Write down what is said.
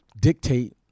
dictate